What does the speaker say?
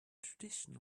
tradition